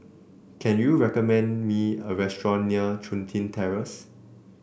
can you recommend me a restaurant near Chun Tin Terrace